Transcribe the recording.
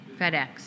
FedEx